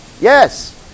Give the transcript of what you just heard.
yes